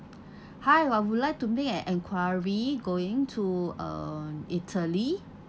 hi I would like to make an enquiry going to uh italy